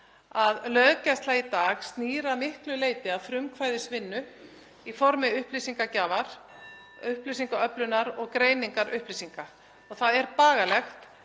að löggæsla í dag snýr að miklu leyti að frumkvæðisvinnu í formi upplýsingagjafar, (Forseti hringir.) upplýsingaöflunar og greiningar upplýsinga og það er bagalegt